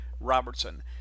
Robertson